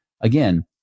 again